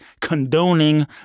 condoning